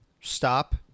stop